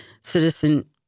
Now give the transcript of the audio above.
citizen